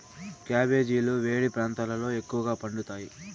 క్యాబెజీలు వేడి ప్రాంతాలలో ఎక్కువగా పండుతాయి